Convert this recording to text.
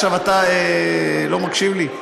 עכשיו אתה לא מקשיב לי?